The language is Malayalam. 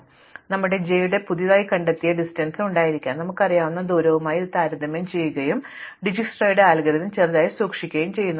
അതിനാൽ നമുക്ക് ജെയിലൂടെ പുതുതായി കണ്ടെത്തിയ ദൂരം ഉണ്ടായിരിക്കാം ഞങ്ങൾക്കറിയാവുന്ന ദൂരവുമായി ഇത് താരതമ്യം ചെയ്യുകയും ഞങ്ങൾ ഡിജ്സ്ക്രയുടെ അൽഗോരിതം ചെറുതായി സൂക്ഷിക്കുകയും ചെയ്യുന്നു